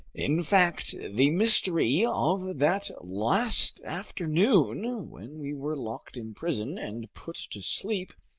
in fact, the mystery of that last afternoon when we were locked in prison and put to sleep,